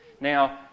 Now